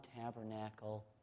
tabernacle